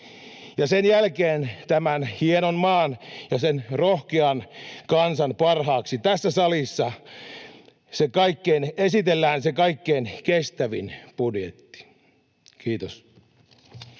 Ja sen jälkeen tämän hienon maan ja sen rohkean kansan parhaaksi tässä salissa esitellään se kaikkein kestävin budjetti. — Kiitos.